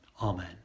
Amen